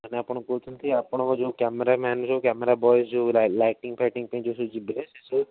ତାହେଲେ ଆପଣ କହୁଛନ୍ତି ଆପଣଙ୍କ ଯେଉଁ କ୍ୟାମେରାମ୍ୟାନ୍ ଯେଉଁ କ୍ୟାମେରା ବଏ ଯେଉଁ ଲାଇଟିଂଫାଇଟିଂ ପାଇଁ ଯେଉଁ ସବୁ ଯିବେ ସେ ସବୁ